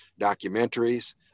documentaries